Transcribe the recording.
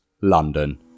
London